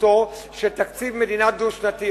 בחשיבותו של תקציב מדינה דו-שנתי.